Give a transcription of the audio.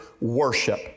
worship